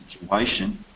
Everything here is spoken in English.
situation